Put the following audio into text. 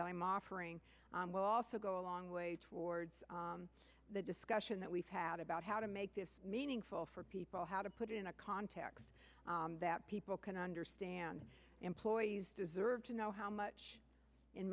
offering will also go a long way towards the discussion that we've had about how to make this meaningful for people how to put it in a context that people can understand employees deserve to know how much in